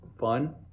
fun